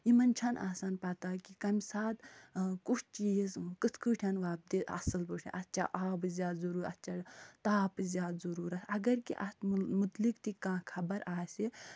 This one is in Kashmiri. یِمن چھَنہٕ آسان پتہ کہِ کَمہِ ساتہٕ کُس چیٖز کِتھ کٲٹھۍ وۄبدِ اَصٕل پٲٹھۍ اَتھ چھا آبٕچ زیادٕ ضُٔروٗرتھ اَتھ چھا تاپٕچ زیادٕ ضٔروٗرتھ اگر کہِ اَتھ متعلق کہِ کانٛہہ خبر آسہِ